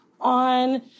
on